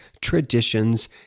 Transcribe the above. Traditions